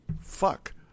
fuck